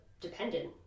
dependent